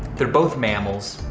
they're both mammals.